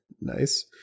nice